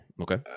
okay